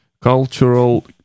cultural